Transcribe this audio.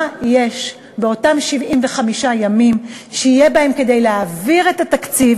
מה יש באותם 75 ימים כדי להעביר את התקציב